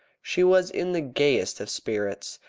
she was in the gayest of spirits,